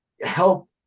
help